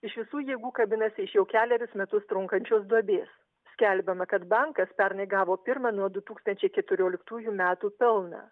iš visų jėgų kabinasi iš jau kelerius metus trunkančios duobės skelbiama kad bankas pernai gavo pirmą nuo du tūkstančiai keturioliktųjų metų pelną